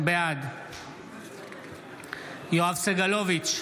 בעד יואב סגלוביץ'